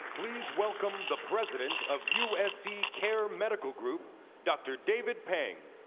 please welcome the president of usc care medical group dr. david peng.